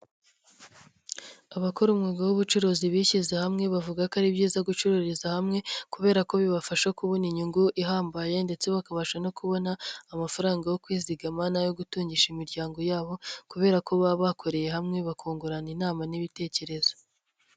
Abakora umwuga w'ubucuruzi bishyize hamwe bavuga ko ari byiza gucururiza hamwe kubera ko bibafasha kubona inyungu ihambaye ndetse bakabasha no kubona amafaranga yo kwizigama n'ayo gutungisha imiryango yabo kubera ko baba bakoreye hamwe bakungurana inama n'ibitekerezo.